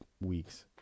weeks